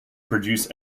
produce